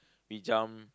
we jump